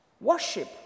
Worship